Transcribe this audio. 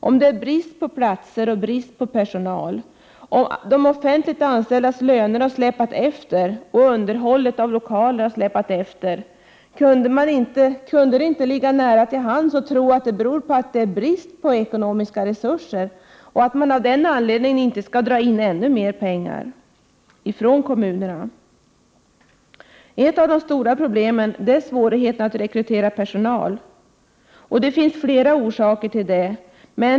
Om det är brist på platser och personal, om de offentligt anställdas löner har släpat efter och underhållet av lokaler har släpat efter, kunde det inte ligga nära till hands att tro att det beror på brist på ekonomiska resurser, och att man av den anledningen inte skall ta ännu mer pengar från kommunerna? Ett av de stora problemen är svårigheten att rekrytera personal. Det finns flera anledningar till det.